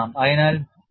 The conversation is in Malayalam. അതിനാൽ 0